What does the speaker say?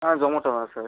ஆ சொமேட்டோ தான் சார்